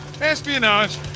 espionage